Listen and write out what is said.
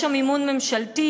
יש שם מימון ממשלתי,